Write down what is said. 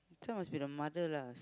this one must be the mother lah